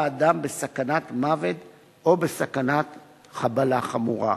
אדם בסכנת מוות או בסכנת חבלה חמורה".